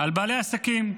על בעלי עסקים.